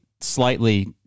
slightly